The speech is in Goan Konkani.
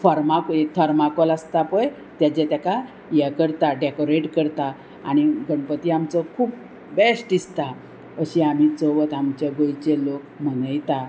फर्माको थर्माकोल आसता पळय तेजे ताका हे करता डेकोरेट करता आनी गणपती आमचो खूब बेश्ट दिसता अशी आमी चवथ आमचे गोंयचे लोक मनयता